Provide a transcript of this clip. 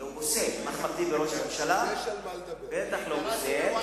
אם אחמד טיבי ראש הממשלה, בטח לא פוסל.